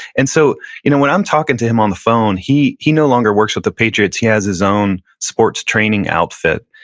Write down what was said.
and so you know when i'm talking to him on the phone, he he no longer works with the patriots, he has his own sports training outfit,